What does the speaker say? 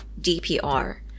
DPR